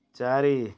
ଚାରି